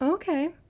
Okay